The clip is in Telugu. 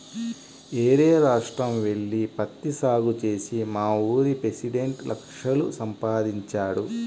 యేరే రాష్ట్రం యెల్లి పత్తి సాగు చేసి మావూరి పెసిడెంట్ లక్షలు సంపాదించాడు